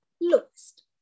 lowest